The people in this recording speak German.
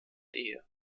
ehe